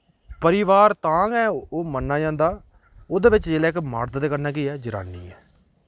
परिवार तां गै ओह् मन्नेआ जंदा ओह्दे बिच्च जिल्लै इक मर्द ते कन्नै केह् ऐ जनानी ऐ